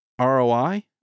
ROI